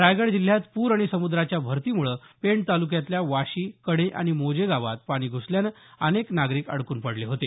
रायगड जिल्ह्यात पूर आणि समुद्राच्या भरतीमुळे पेण तालुक्यातल्या वाशी कणे आणि मोजे गावात पाणी घ्सल्यामुळे अनेक नागरिक अडकून पडले होते